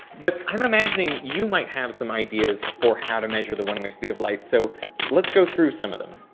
but i'm imagining you might have some ideas for how to measure the one way speed of light, so let's go through some of them.